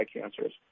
cancers